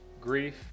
grief